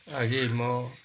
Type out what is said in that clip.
अहिले म